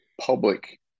public